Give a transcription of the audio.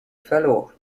verloren